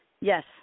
Yes